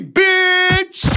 bitch